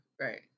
right